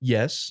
Yes